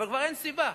אבל כבר אין סיבה,